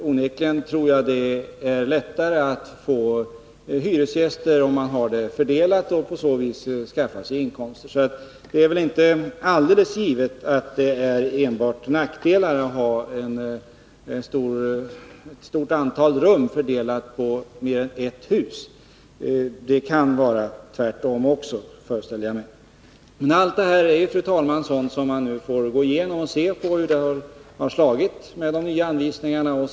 Onekligen är det lättare att få hyresgäster och på så vis skaffa sig inkomster, om man har bostadsytan fördelad på tre olika byggnader. Det är väl inte alldeles givet att det är enbart nackdelar med att ha ett stort antal rum fördelade på mer än ett hus. Det kan vara tvärtom också, föreställer jag mig. Allt detta är sådant, fru talman, som man får se på och undersöka hur de nya anvisningarna har slagit ut.